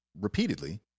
repeatedly